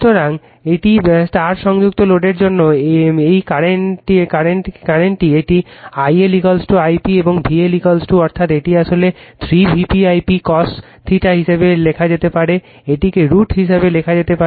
সুতরাং একটি স্টার সংযুক্ত লোডের জন্য এই কারণেই এটিকে I L I p এবং VL অর্থাৎ এটি আসলে 3 Vp I p cos θ হিসাবে লেখা যেতে পারে এটিকে √ হিসাবে লেখা যেতে পারে